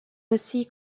aussi